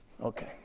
Okay